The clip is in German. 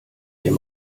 dem